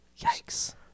Yikes